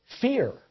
fear